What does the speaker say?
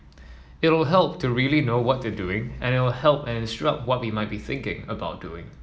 it'll help to really know what they're doing and it'll help and instruct what we might be thinking about doing